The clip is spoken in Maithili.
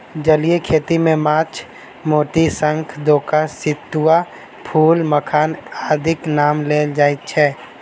जलीय खेती मे माछ, मोती, शंख, डोका, सितुआ, फूल, मखान आदिक नाम लेल जाइत छै